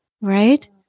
right